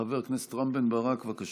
חבר הכנסת רם בן ברק, בבקשה.